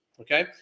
Okay